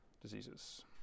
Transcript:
diseases